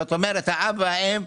זאת אומרת האב והאם,